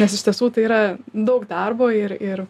nes iš tiesų tai yra daug darbo ir ir